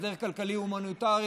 הסדר כלכלי הומניטרי,